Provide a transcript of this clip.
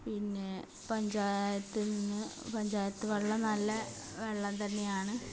പിന്നെ പഞ്ചായത്തിൽ നിന്ന് പഞ്ചായത്ത് വെള്ളം നല്ല വെള്ളം തന്നെയാണ്